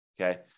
okay